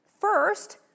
First